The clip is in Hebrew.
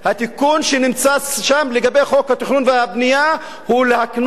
התיקון שנמצא שם לגבי חוק התכנון והבנייה הוא להקנות